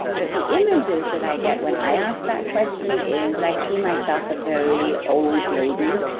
but the images that i get when i ask that question is, i see myself a very old lady.